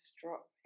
drop